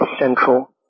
central